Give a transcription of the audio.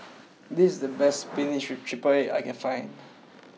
this is the best Spinach with triple egg that I can find